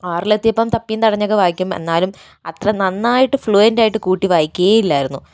ആറിൽ എത്തിയപ്പോൾ തപ്പിയും തടഞ്ഞൊക്കെ വായിക്കും എന്നാലും അത്ര നന്നായിട്ട് ഫ്ലുവൻ്റായിട്ട് കൂട്ടി വായിക്കുകയേ ഇല്ലായിരുന്നു